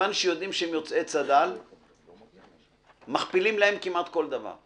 מכיוון שיודעים שהם יוצאי צד"ל מכפילים להם את המחיר כמעט בכל דבר.